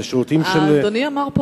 את השירותים שלנו,